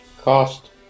cost